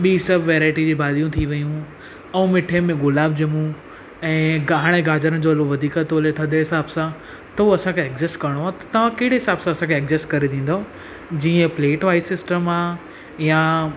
ॿी सभु वैराइटी जी भाॼियूं थी वियूं ऐं मिठे में गुलाब जमूं ऐं गाहाण गाजुरुनि जो हलुओ वधीक थो हले थदि जे हिसाब सां त उहो असांखे एडजस्ट करिणो आहे त तव्हां कहिड़े हिसाब सां असांखे एड्जस्ट करे ॾींदव जीअं प्लेट वाइज़ सिस्टम आहे या